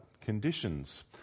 conditions